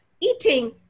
eating